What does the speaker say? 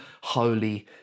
Holy